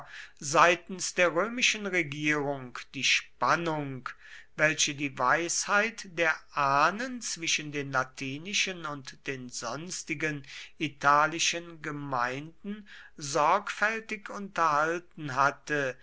seitens der römischen regierung die spannung welche die weisheit der ahnen zwischen den latinischen und den sonstigen italischen gemeinden sorgfältig unterhalten hatte